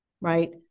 right